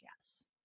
yes